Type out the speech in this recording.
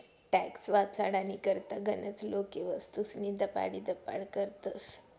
tax वाचाडानी करता गनच लोके वस्तूस्नी दपाडीदपाड करतस